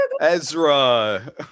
Ezra